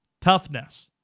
Toughness